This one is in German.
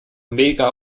mega